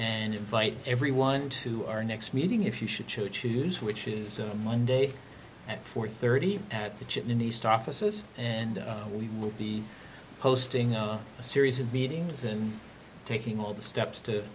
and invite everyone to our next meeting if you should choose which is monday at four thirty at the chin in east offices and we will be posting up a series of meetings and taking all the steps to